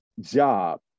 job